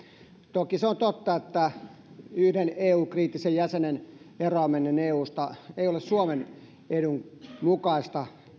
toki se on totta että yhden eu kriittisen jäsenen eroaminen eusta ei ole suomen edun mukaista